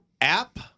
app